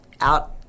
out